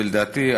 ולדעתי,